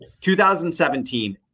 2017